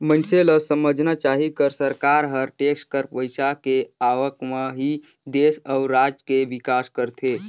मइनसे ल समझना चाही कर सरकार हर टेक्स कर पइसा के आवक म ही देस अउ राज के बिकास करथे